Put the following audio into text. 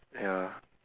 ya